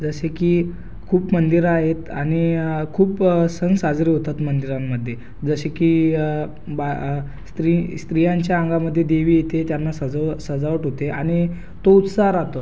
जसे की खूप मंदिरं आहेत आणि खूप सण साजरे होतात मंदिरांमध्ये जसे की बा स्त्री स्त्रियांच्या अंगामध्ये देवी येते त्यांना सजव सजावट होते आणि तो उत्साह राहतो